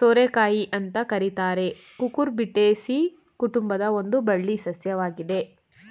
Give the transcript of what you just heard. ಸೋರೆಕಾಯಿ ಅಂತ ಕರೀತಾರೆ ಕುಕುರ್ಬಿಟೇಸಿ ಕುಟುಂಬದ ಒಂದು ಬಳ್ಳಿ ಸಸ್ಯವಾಗಿದೆ